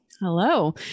Hello